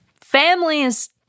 families